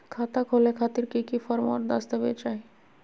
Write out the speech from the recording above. खाता खोले खातिर की की फॉर्म और दस्तावेज चाही?